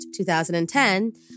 2010